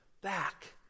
back